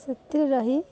ସେଥିରେ ରହି